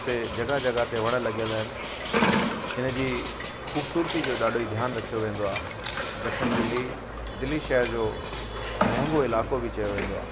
हिते जॻह जॻह ते वण लॻियल आहिनि इन जी खूबसूरती जो ॾाढो ई ध्यानु रखियो वेंदो आहे दखण दिल्ली दिल्ली शहर जो महांगो इलाइको बि चयो वेंदो आहे